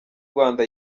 rwanda